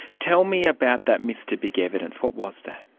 tell me about that mr big evidence, what was that?